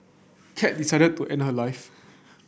cat decided to end her life